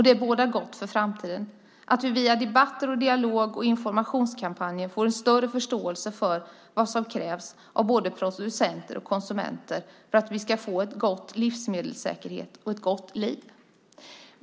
Det bådar gott för framtiden att vi via debatter, dialog och informationskampanjer får en större förståelse för vad som krävs av både producenter och konsumenter för att vi ska få en god livsmedelssäkerhet och ett gott liv.